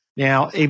Now